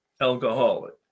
alcoholic